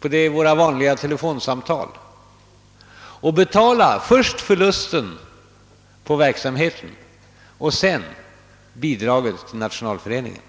på våra vanliga telefonsamtal o.s.v. för att betala först förlusten på verksamheten och sedan bidraget till Nationalföreningen.